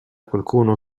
qualcuno